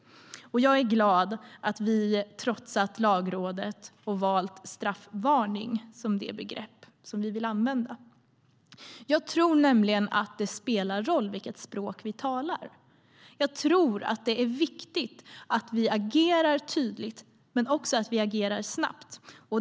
Jag är glad över att vi har trotsat Lagrådet och valt straffvarning som det begrepp vi vill använda. Jag tror nämligen att det språk vi talar spelar roll. Jag tror att det är viktigt att vi agerar tydligt men också att vi agerar snabbt.